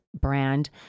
brand